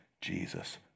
Jesus